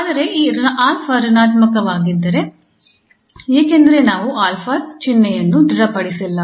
ಆದರೆ ಈ 𝑎 ಋಣಾತ್ಮಕವಾಗಿದ್ದರೆ ಏಕೆಂದರೆ ನಾವು 𝑎 ಚಿಹ್ನೆಯನ್ನು ದೃಢಪಡಿಸಿಲ್ಲ